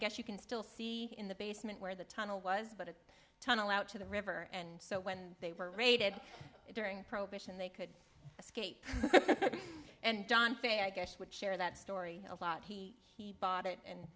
guess you can still see in the basement where the tunnel was but a tunnel out to the river and so when they were raided during prohibition they could escape and don fehr share that story a lot he bought it and